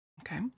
Okay